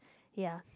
ya